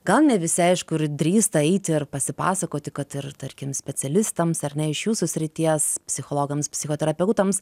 gal ne visi aišku ir drįsta eiti ir pasipasakoti kad ir tarkim specialistams ar ne iš jūsų srities psichologams psichoterapeutams